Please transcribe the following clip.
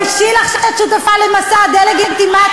תתביישי לך שאת שותפה למסע הדה-לגיטימציה,